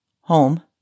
home